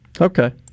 Okay